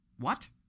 What